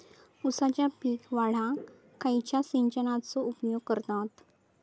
ऊसाचा पीक वाढाक खयच्या सिंचनाचो उपयोग करतत?